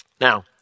Now